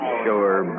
sure